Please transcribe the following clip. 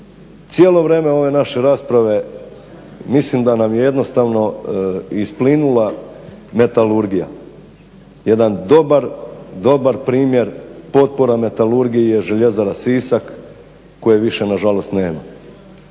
Cijelo vrijeme ove naše rasprave mislim da nam je jednostavno isplinula metalurgija. Jedan dobar, dobar primjer potpora metalurgiji je Željezara Sisak koje više nažalost nema.